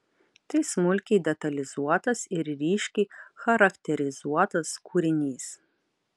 tai smulkiai detalizuotas ir ryškiai charakterizuotas kūrinys